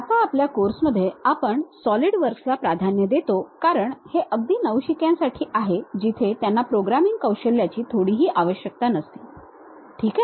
आता आपल्या कोर्समध्ये आपण सॉलिडवर्क्सला प्राधान्य देतो कारण हे अगदी नवशिक्यांसाठी आहे जिथे त्यांना प्रोग्रामिंग कौशल्याची थोडीशीही आवश्यकता नसते ठीक आहे